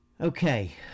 okay